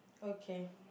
okay